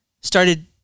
started